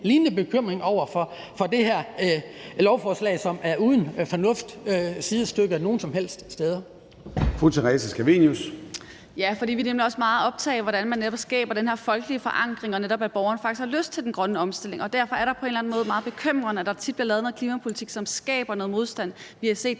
lignende bekymring over for det her lovforslag, som er uden fornuft og uden sidestykke nogen som helst steder.